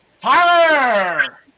Tyler